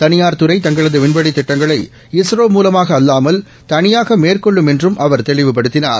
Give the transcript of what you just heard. தனியார் துறை தங்களது விண்வெளித் திட்டங்களை இஸ்ரோ மூலமாக அல்லாமல் தனியாக மேற்கொள்ளும் என்றும் அவர் தெளிவுபடுத்தினார்